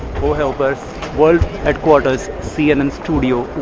but world headquarters cnn studio,